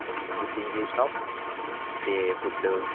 with inclusion of stay food